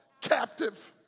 captive